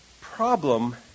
problem